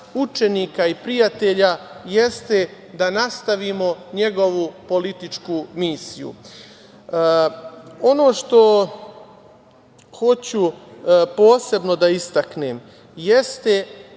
učenika i prijatelja, jeste da nastavimo njegovu političku misiju. Ono što hoću posebno da istaknem, jeste